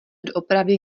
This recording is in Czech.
doopravdy